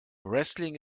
wrestling